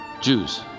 Jews